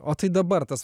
o tai dabar tas